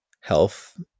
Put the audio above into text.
health